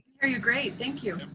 hear you great. thank you.